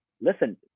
listen